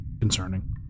concerning